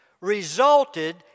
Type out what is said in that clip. resulted